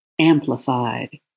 amplified